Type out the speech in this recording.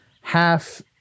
half